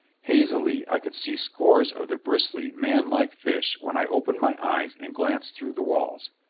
hazily i could see scores of the bristly, manlike fish when i opened my eyes and glanced through the walls.